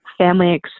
family